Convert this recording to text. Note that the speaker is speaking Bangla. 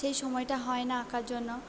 সেই সময়টা হয় না আঁকার জন্য